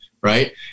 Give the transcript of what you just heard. right